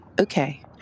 Okay